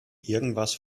irgendwas